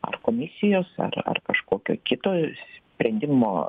ar komisijos ar kažkokio kito sprendimo